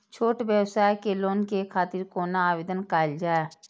छोट व्यवसाय के लोन के खातिर कोना आवेदन कायल जाय?